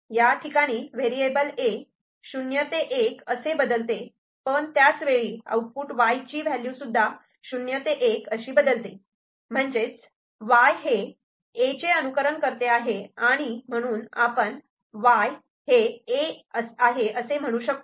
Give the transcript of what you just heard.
या ठिकाणी variable 'A' 0 ते 1 असे बदलते पण त्याच वेळी आउटपुट Y ची व्हॅल्यूसुद्धा 0 ते 1 असे बदलते म्हणजेच Y हे A चे अनुकरण करते आहे आणि म्हणून आपण Y A असे म्हणू शकतो